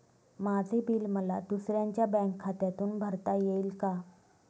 माझे बिल मला दुसऱ्यांच्या बँक खात्यातून भरता येईल का?